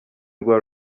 rwa